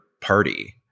party